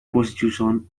prostitution